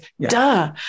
duh